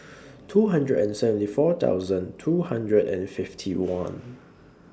two hundred and seventy four thousand two hundred and fifty one